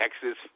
Texas